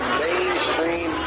mainstream